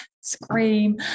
scream